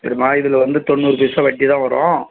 சரிம்மா இதில் வந்து தொண்ணூறு பைசா வட்டி தான் வரும்